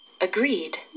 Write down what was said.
Agreed